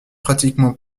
pratiquement